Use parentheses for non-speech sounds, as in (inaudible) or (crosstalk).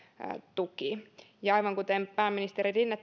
tuki aivan kuten pääministeri rinne (unintelligible)